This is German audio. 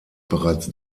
bereits